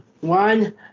One